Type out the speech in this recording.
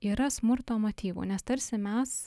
yra smurto motyvų nes tarsi mes